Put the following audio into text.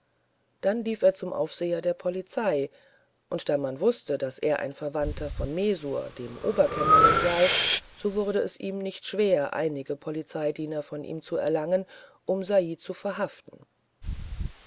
dann lief er zum aufseher der polizei und da man wußte daß er ein verwandter von messour dem oberkämmerling sei so wurde es ihm nicht schwer einige polizeidiener von ihm zu erlangen um said zu verhaften